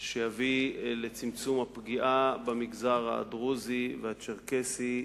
שיביא לצמצום הפגיעה במגזר הדרוזי ובמגזר הצ'רקסי,